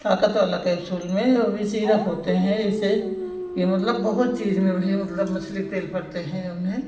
ताकत वाला कैप्सूल में ओ भी सीरप होते हैं जैसे यह मतलब बहुत चीज़ में भी मतलब मछली के तेल पड़ते हैं जऊन है